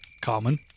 common